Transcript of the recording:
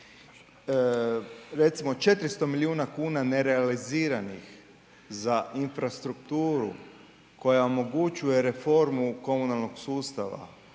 recimo 400 milijuna kuna nerealiziranih za infrastrukturu koja omogućuje reformu komunalnog sustava